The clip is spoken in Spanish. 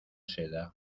seda